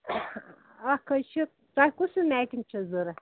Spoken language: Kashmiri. اَکھ حظ چھِ تۄہہِ کُس ہیٛوٗ میٹِنٛگ چھِ ضروٗرت